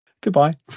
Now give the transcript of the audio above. Goodbye